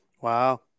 Wow